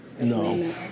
No